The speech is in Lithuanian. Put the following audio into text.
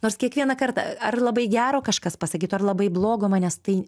nors kiekvieną kartą ar labai gero kažkas pasakytų ar labai blogo manęs tai